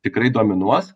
tikrai dominuos